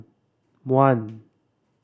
one